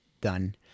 done